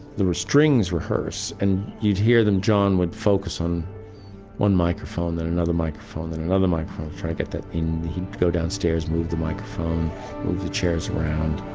the strings rehearse, and you'd hear them. john would focus on one microphone, then another microphone, then another microphone. try and get that in. he'd go downstairs, move the microphone, move the chairs around,